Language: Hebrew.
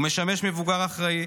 הוא משמש מבוגר אחראי,